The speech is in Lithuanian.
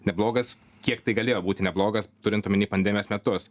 neblogas kiek tai galėjo būti neblogas turint omeny pandemijos metus